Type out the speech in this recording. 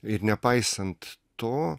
ir nepaisant to